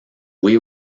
voué